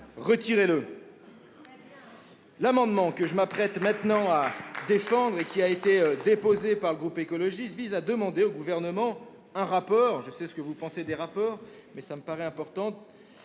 retirez-le ! L'amendement que je m'apprête maintenant à défendre et qui a été déposé par le groupe écologiste vise à demander au Gouvernement un rapport- je sais ce que vous pensez de ces demandes -qui présente